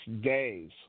days